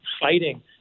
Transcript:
fighting